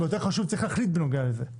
אבל יותר חשוב שצריך להחליט בנוגע לזה.